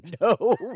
no